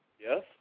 Yes